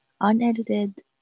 unedited